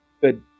good